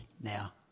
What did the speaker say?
now